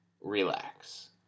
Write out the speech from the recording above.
relax